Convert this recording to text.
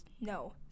No